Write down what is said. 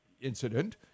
incident